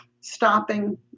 stopping